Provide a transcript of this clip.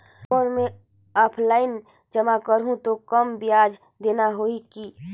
कौन मैं ऑफलाइन जमा करहूं तो कम ब्याज देना होही की?